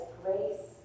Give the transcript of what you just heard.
grace